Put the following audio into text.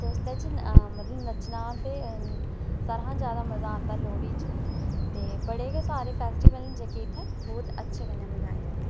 ते उसदे च मतलब नच्चना ते सारें शा ज्यादा मजा आंदा लोहड़ी च ते बड़े गै सारे फेस्टिवल न जेह्के इत्थै बहुत अच्छे कन्नै मनाए जंदे न